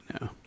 no